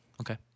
Okay